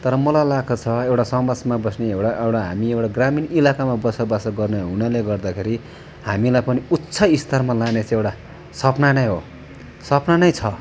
तर मलाई लाग्दछ एउटा समाजमा बस्ने एउटा एउटा हामी एउटा ग्रामीण इलाकामा बसोबास गर्ने हुनाले गर्दाखेरि हामीलाई पनि उच्च स्तरमा लाने चाहिँ एउटा सपना नै हो सपना नै छ